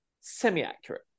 semi-accurate